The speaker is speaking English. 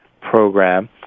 program